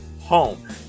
home